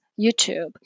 YouTube